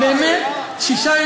מה זה קשור אליך?